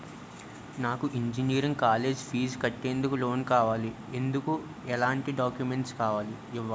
నాకు engineering college fees కట్టేందుకు loan కావాలి, ఎందుకు ఎలాంటి డాక్యుమెంట్స్ ఇవ్వాలి?